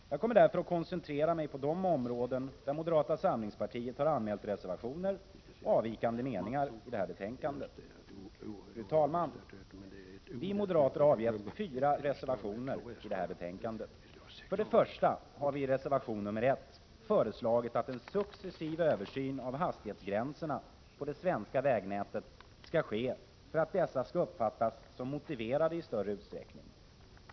Jag kommer därför att koncentrera mig på de områden där moderata samlingspartiet har anmält reservationer och avvikande meningar i detta betänkande. Fru talman! Vi moderater har avgett fyra reservationer i detta betänkande. Vi har i reservation 1 föreslagit att en successiv översyn av hastighetsgränserna på det svenska vägnätet skall ske för att dessa skall uppfattas som motiverade i större utsträckning.